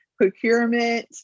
procurement